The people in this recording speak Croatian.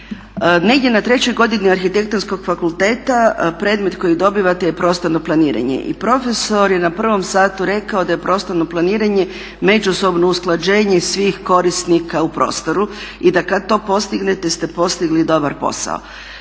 Negdje na trećoj godini Arhitektonskog fakulteta predmet kojeg dobivate je prostorno planiranje i profesor je na prvom satu rekao da je prostorno planiranje međusobno usklađenje svih korisnika u prostoru i da kad to postignete ste postigli dobar posao.